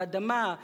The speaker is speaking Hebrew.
האדמה,